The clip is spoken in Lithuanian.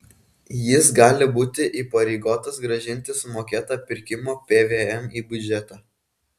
jis gali būti įpareigotas grąžinti sumokėtą pirkimo pvm į biudžetą